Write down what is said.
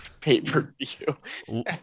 Pay-per-view